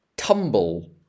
Tumble